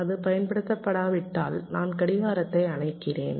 அது பயன்படுத்தப்படாவிட்டால் நான் கடிகாரத்தை அணைக்கிறேன்